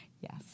yes